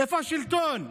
איפה השלטון?